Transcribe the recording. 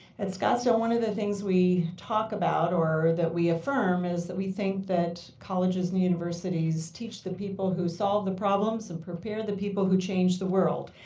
at scottsdale one of the things we talk about or that we affirm is we think that colleges and universities teach the people who solve the problems and prepare the people who change the world.